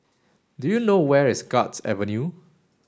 do you know where is Guards Avenue